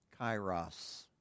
Kairos